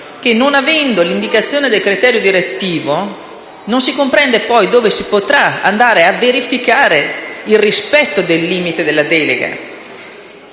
non essendoci l'indicazione del criterio direttivo, non si comprende dove si potrà andare a verificarne il rispetto dei suoi limiti.